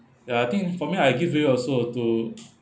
ya I think for me I'll give you also to